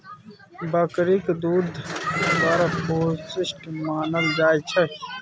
बकरीक दुध बड़ पौष्टिक मानल जाइ छै